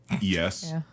Yes